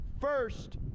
first